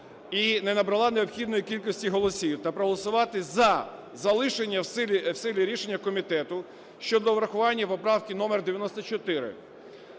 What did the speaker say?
і не набрала необхідної кількості голосів, та проголосувати за залишення в силі рішення комітету щодо врахування поправки номер 94.